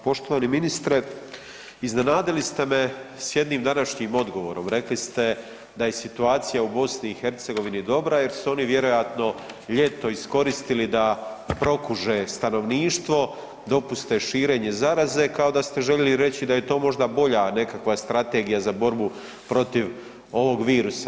Poštovani ministre, iznenadili ste me s jednim današnjim odgovorom, rekli ste da je situacija u BiH-u dobra jer su oni vjerojatno ljeto iskoristili da prokuže stanovništvo, dopuste širenje zaraze kao da ste željeli reći da je to možda bolja nekakva strategija za borbu protiv ovog virusa.